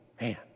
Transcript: man